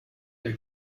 der